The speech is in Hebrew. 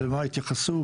למה התייחסו,